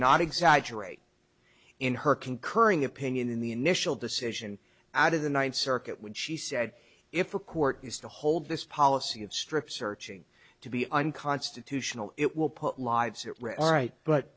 not exaggerate in her concurring opinion in the initial decision out of the ninth circuit when she said if a court is to hold this policy of strip searching to be unconstitutional it will put lives at risk right but